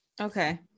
Okay